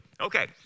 Okay